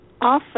Often